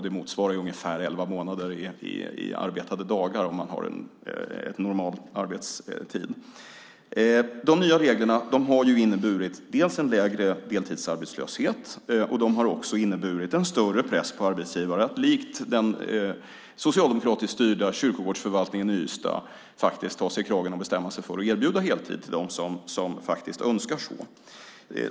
Det motsvarar ungefär elva månader i arbetade dagar om man har normal arbetstid. De nya reglerna har inneburit dels en lägre deltidsarbetslöshet, dels en större press på arbetsgivare att likt den socialdemokratiskt styrda kyrkogårdsförvaltningen i Ystad ta sig i kragen och bestämma sig för att erbjuda heltid till dem som önskar det.